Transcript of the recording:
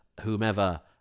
Whomever